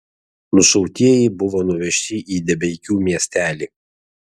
nušautieji buvo nuvežti į debeikių miestelį